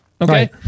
Okay